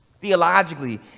Theologically